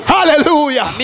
Hallelujah